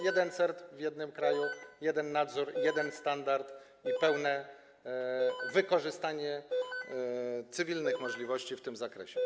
Jeden CERT w jednym kraju, jeden nadzór, jeden standard i pełne wykorzystanie cywilnych możliwości w tym zakresie.